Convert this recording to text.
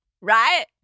Right